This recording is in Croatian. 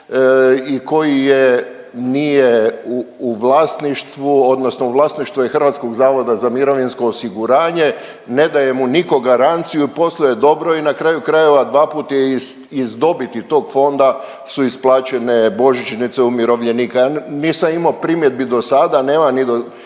i koji je nije u vlasništvu odnosno u vlasništvu je HZMO-a, ne daje mu niko garanciju i posluje dobro i na kraju krajeva dva put je iz dobiti tog fonda su isplaćene božićnice umirovljenika. Nisam imo primjedbi do sada nema ni u